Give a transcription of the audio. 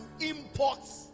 imports